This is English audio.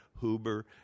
Huber